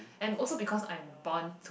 and also because I'm born to